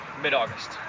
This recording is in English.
mid-August